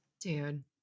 Dude